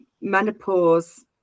menopause